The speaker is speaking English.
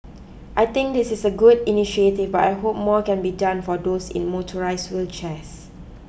I think this is a good initiative but I hope more can be done for those in motorised wheelchairs